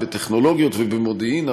בטכנולוגיות ובמודיעין.